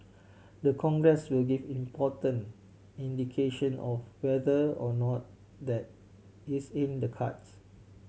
the Congress will give important indication of whether or not that is in the cards